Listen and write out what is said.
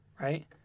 right